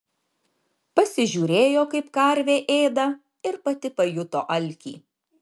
pasižiūrėjo kaip karvė ėda ir pati pajuto alkį